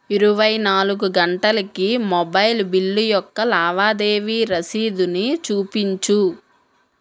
ఇరువై నాలుగు గంటలకి మొబైల్ బిల్లు యొక్క లావాదేవీ రసీదుని చూపించు